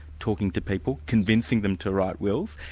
talking to people, convincing them to write wills.